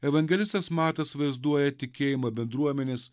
evangelistas matas vaizduoja tikėjimą bendruomenės